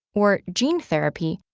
or gene therapy,